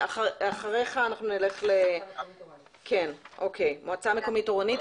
אחריך אנחנו נשמע את ראש מועצת סאג'ור.